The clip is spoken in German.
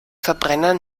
verbrenner